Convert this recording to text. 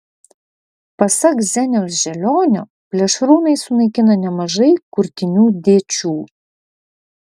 pasak zeniaus želionio plėšrūnai sunaikina nemažai kurtinių dėčių